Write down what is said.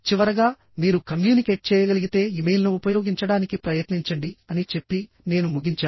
చివరగా మీరు కమ్యూనికేట్ చేయగలిగితే ఇమెయిల్ను ఉపయోగించడానికి ప్రయత్నించండి అని చెప్పి నేను ముగించాను